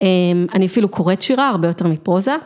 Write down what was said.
אני אפילו קוראת שירה הרבה יותר מפרוזה.